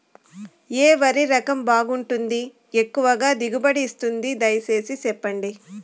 ఏ వరి రకం బాగుంటుంది, ఎక్కువగా దిగుబడి ఇస్తుంది దయసేసి చెప్పండి?